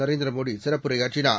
நரேந்திரமோடிசிறப்பு ரைஆற்றினார்